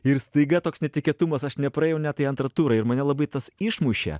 ir staiga toks netikėtumas aš nepraėjau net į antrą turą ir mane labai tas išmušė